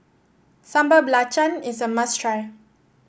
Sambal Belacan is a must try